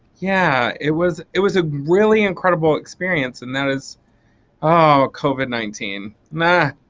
yeah it was it was a really incredible experience and that is oh covid nineteen. ah.